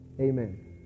amen